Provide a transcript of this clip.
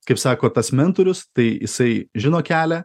kaip sako tas mentorius tai jisai žino kelią